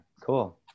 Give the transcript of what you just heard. cool